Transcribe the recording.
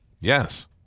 Yes